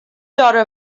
daughter